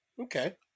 Okay